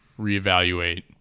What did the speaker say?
Reevaluate